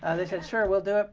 and they said, sure, we'll do it.